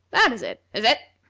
that is it, is it?